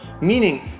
meaning